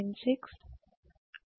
232